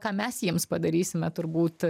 ką mes jiems padarysime turbūt